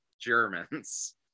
Germans